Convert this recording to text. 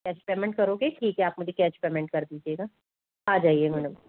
case payment करोगे ठीक है आप मुझे केस पेमेंट कर दीजिएगा आजाइए मेडम